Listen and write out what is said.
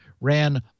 ran